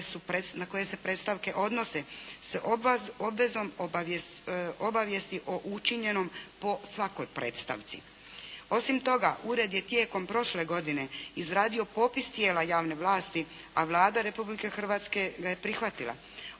na koje se predstavke odnose s obvezom obavijesti o učinjenoj po svakoj predstavci. Osim toga, ured je tijekom prošle godine izradio popis tijela javne vlasti, a Vlada Republike Hrvatske ga je prihvatila.